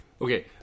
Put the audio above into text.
Okay